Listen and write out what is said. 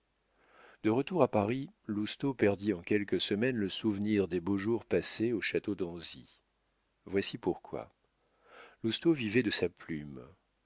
de retour à paris lousteau perdit en quelques semaines le souvenir des beaux jours passés au château d'anzy voici pourquoi lousteau vivait de sa plume